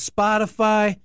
Spotify